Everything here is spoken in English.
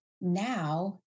now